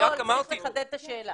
השאלה